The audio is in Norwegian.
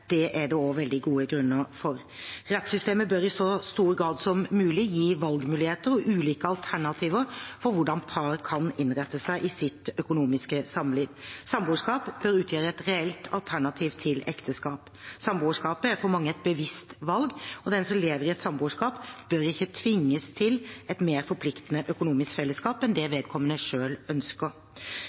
Det er det også veldig gode grunner for. Rettssystemet bør i så stor grad som mulig gi valgmuligheter og ulike alternativer for hvordan par kan innrette seg i sitt økonomiske samliv. Samboerskap bør utgjøre et reelt alternativ til ekteskap. Samboerskapet er for mange et bevisst valg, og den som lever i et samboerskap, bør ikke tvinges til et mer forpliktende økonomisk fellesskap enn det vedkommende selv ønsker.